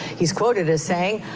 he's quoted as saying,